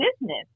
business